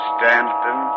Stanton